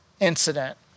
incident